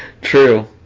true